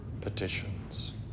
petitions